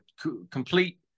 complete